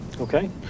Okay